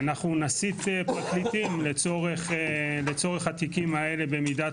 אנחנו נסיט פרקליטים לצורך התיקים האלה במידת